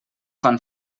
fan